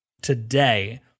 today